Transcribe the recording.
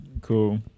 Cool